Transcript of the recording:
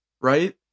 right